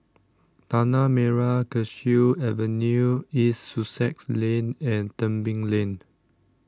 Tanah Merah Kechil Avenue East Sussex Lane and Tebing Lane